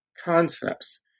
concepts